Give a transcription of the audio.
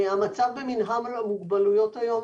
המצב במינהל המוגבלויות היום,